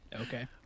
Okay